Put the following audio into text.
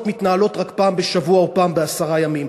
מתנהלות רק פעם בשבוע או פעם בעשרה ימים.